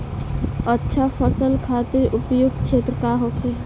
अच्छा फसल खातिर उपयुक्त क्षेत्र का होखे?